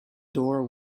door